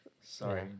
Sorry